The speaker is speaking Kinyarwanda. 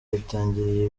yatangiriye